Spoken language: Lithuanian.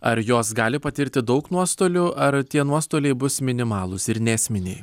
ar jos gali patirti daug nuostolių ar tie nuostoliai bus minimalūs ir neesminiai